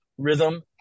Rhythm